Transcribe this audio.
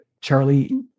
Charlie